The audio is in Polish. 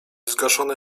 zgaszone